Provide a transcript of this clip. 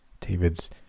David's